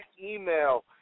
email